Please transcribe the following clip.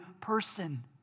person